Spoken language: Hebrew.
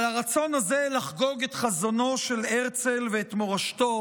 אבל הרצון הזה לחגוג את חזונו של הרצל ואת מורשתו